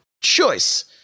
choice